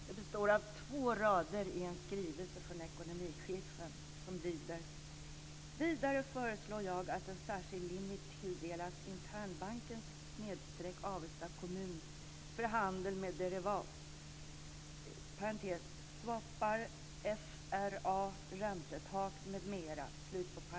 Det består av två rader i en skrivelse från ekonomichefen som lyder: Vidare föreslår jag att en särskild limit tilldelas internbanken/Avesta kommun för handel med derivat .